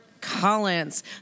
Collins